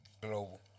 global